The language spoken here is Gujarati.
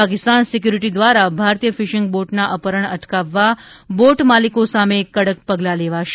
પાકિસ્તાન સિક્વુરિટી દ્વારા ભારતીય ફિશિંગ બોટના અપહરણ અટકાવવા બોટ માલિકો સામે કડક પગલાં લેવાશે